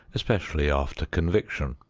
especially after conviction.